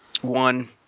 One